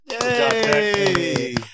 Yay